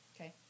Okay